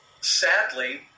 sadly